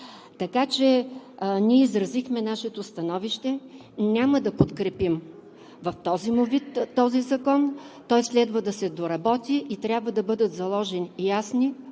Така че ние изразихме нашето становище, че няма да подкрепим в този му вид този закон, той следва да се доработи и трябва да бъдат заложени ясни,